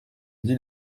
dit